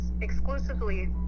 exclusively